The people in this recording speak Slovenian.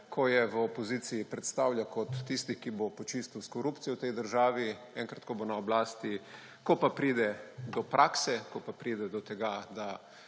ko je v opoziciji, predstavlja kot tisti, ki bo počistil s korupcijo v tej državi enkrat, ko bo na oblasti, ko pa pride do prakse, ko pa pride do tega, da